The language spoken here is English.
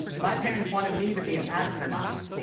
my parents wanted me to be an astronaut.